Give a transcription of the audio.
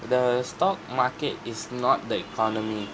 the stock market is not the economy